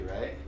right